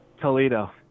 Toledo